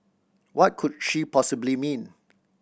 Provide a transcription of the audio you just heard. what could she possibly mean